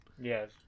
Yes